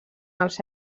els